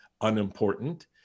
unimportant